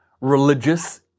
religious